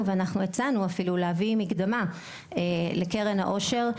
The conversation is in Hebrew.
ואנחנו הצענו אפילו להביא מקדמה לקרן העושר,